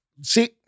See